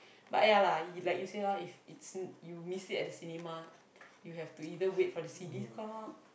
but ya lah like you say lor if you miss it at the cinema you have to either wait for the C_D to come out